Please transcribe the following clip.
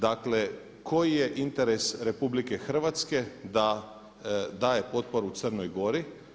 Dakle, koji je interes RH da daje potporu Crnoj Gori?